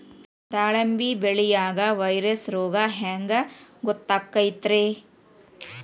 ದಾಳಿಂಬಿ ಬೆಳಿಯಾಗ ವೈರಸ್ ರೋಗ ಹ್ಯಾಂಗ ಗೊತ್ತಾಕ್ಕತ್ರೇ?